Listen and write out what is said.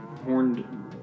horned